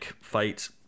fight